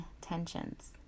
tensions